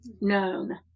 known